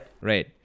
Right